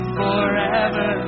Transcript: forever